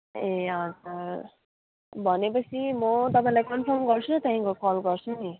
ए हजुर भनेपछि म तपाईँलाई कन्फर्म गर्छु त्यहाँदेखि कल गर्छु नि